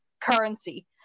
currency